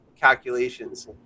calculations